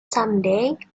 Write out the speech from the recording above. someday